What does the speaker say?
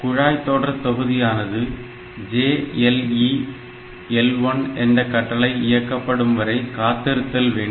குழாய் தொடர் தொகுதியானது JLE L1 என்ற கட்டளை இயக்கப்படும் வரை காத்திருத்தல் வேண்டும்